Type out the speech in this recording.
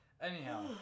anyhow